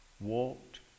walked